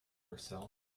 herself